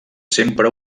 sempre